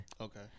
okay